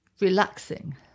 relaxing